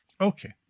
Okay